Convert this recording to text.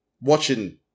watching